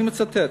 אני מצטט.